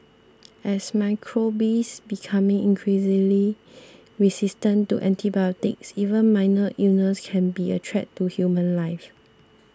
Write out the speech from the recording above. as microbes become increasingly resistant to antibiotics even minor illnesses can be a threat to human life